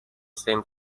same